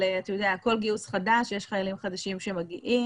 בכל גיוס חדש יש חיילים חדשים שמגיעים,